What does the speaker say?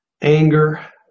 anger